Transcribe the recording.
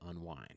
unwind